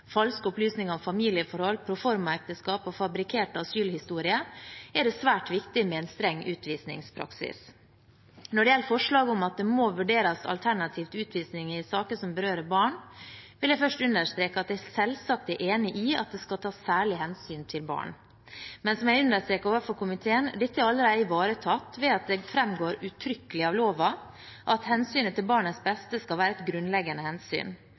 falske opplysninger om familieforhold, proforma ekteskap og fabrikkerte asylhistorier, er det svært viktig med en streng utvisningspraksis. Når det gjelder forslaget om at det må vurderes alternativ til utvisning i saker som berører barn, vil jeg først understreke at jeg selvsagt er enig i at det skal tas særlig hensyn til barn. Men som jeg understreket overfor komiteen: Dette er allerede ivaretatt ved at det framgår uttrykkelig av loven at hensynet til barnets beste skal være et grunnleggende hensyn.